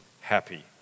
happy